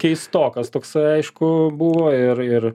keistokas toks aišku buvo ir ir